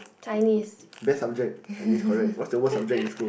Chinese